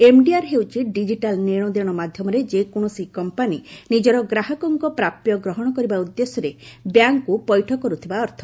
MDR ହେଉଛି digital ନେଶଦେଣ ମାଧ୍ୟମରେ ଯେକୌଣସି କମ୍ପାନି ନିଜର ଗ୍ରାହକଙ୍କ ପ୍ରାପ୍ୟ ଗ୍ରହଣ କରିବା ଉଦ୍ଦେଶ୍ୟରେ ବ୍ୟାଙ୍କକୁ ପୈଠ କରୁଥିବା ଅର୍ଥ